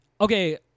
Okay